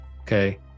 Okay